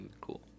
Cool